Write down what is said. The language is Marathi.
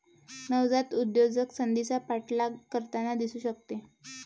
नवजात उद्योजक संधीचा पाठलाग करताना दिसू शकतो